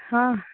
ହଁ